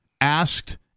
asked